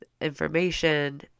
information